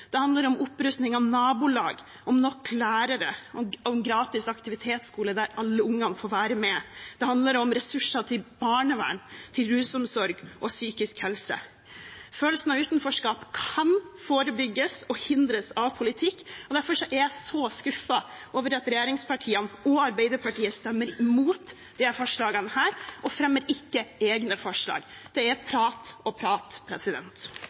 Det handler om opprustning av nabolag, om nok lærere og om gratis aktivitetsskole der alle ungene får være med. Det handler om ressurser til barnevern, rusomsorg og psykisk helse. Følelsen av utenforskap kan forebygges og hindres av politikk, og derfor er jeg så skuffet over at regjeringspartiene og Arbeiderpartiet stemmer imot disse forslagene og ikke fremmer egne forslag. Det er prat og prat.